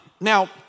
Now